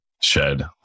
Shed